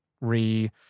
re